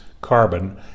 carbon